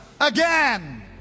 again